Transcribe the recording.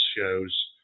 shows